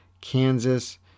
Kansas